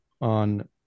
on